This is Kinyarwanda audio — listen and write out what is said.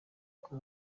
nko